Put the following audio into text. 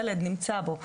ילד נמצא בו,